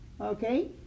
okay